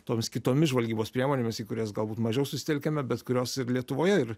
tomis kitomis žvalgybos priemonėmis į kurias galbūt mažiau susitelkiame bet kurios ir lietuvoje ir